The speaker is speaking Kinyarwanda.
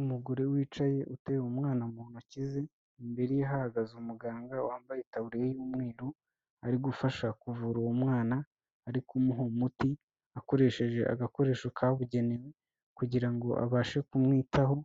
Umugore wicaye uteruye umwana mu ntoki ze, imbere ye hagaze umuganga wambaye itaburiya y'umweru ari gufasha kuvura uwo mwana, ari kumuha umuti akoresheje agakoresho kabugenewe kugira ngo abashe kumwitaho,